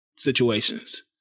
situations